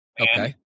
Okay